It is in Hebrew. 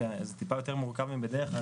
כי זה מעט יותר מורכב מבדרך כלל,